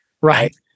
Right